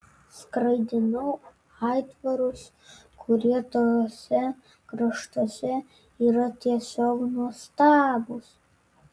skraidinau aitvarus kurie tuose kraštuose yra tiesiog nuostabūs